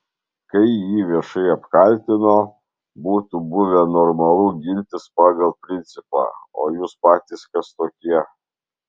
kai jį viešai apkaltino būtų buvę normalu gintis pagal principą o jūs patys kas tokie